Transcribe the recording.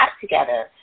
together